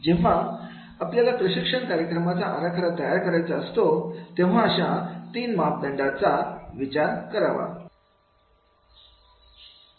जेव्हा आपल्याला प्रशिक्षण कार्यक्रमाचा आराखडा तयार करायचा असतो तेव्हा अशा तीन मापदंडांचा विचार करावा लागतो